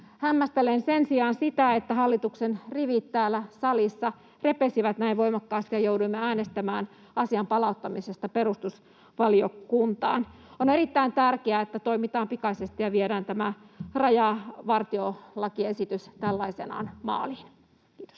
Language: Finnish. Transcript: Hämmästelen sen sijaan sitä, että hallituksen rivit täällä salissa repesivät näin voimakkaasti ja jouduimme äänestämään asian palauttamisesta perustusvaliokuntaan. On erittäin tärkeää, että toimitaan pikaisesti ja viedään tämä rajavartiolakiesitys tällaisenaan maaliin. — Kiitos.